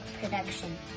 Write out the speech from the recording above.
production